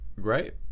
Great